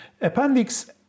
Appendix